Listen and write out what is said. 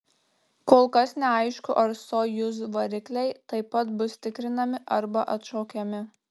kol kas neaišku ar sojuz varikliai taip pat bus tikrinami arba atšaukiami